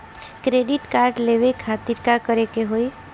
Credit card लेवे खातिर का करे के होई?